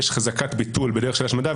יש חזקת ביטול בדרך של השמדה.